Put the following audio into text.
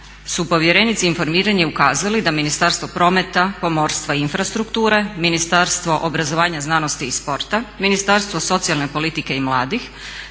su povjerenici za informiranje ukazali da Ministarstvo prometa, pomorstva i infrastrukture, Ministarstvo obrazovanja, znanosti i sporta, Ministarstvo socijalne politike i mladih